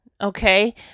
okay